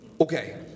okay